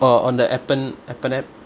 orh on the appen appen app